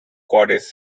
goddess